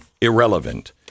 irrelevant